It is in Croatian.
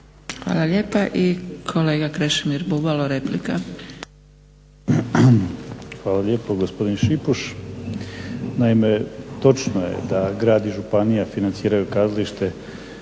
Hvala lijepa. I kolega Krešimir Bubalo, replika. **Bubalo, Krešimir (HDSSB)** Hvala lijepo gospodin Šipuš. Naime, točno je da grad i županija financiraju kazalište